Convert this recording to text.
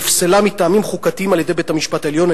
נפסלה מטעמים חוקתיים על-ידי בית-המשפט העליון.